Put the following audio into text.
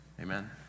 Amen